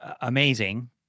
amazing